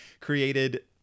Created